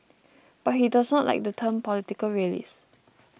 but he does not like the term political realist